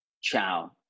chow